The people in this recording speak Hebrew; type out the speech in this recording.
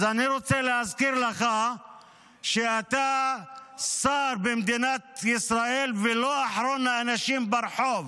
אז אני רוצה להזכיר לך שאתה שר במדינת ישראל ולא אחרון האנשים ברחוב,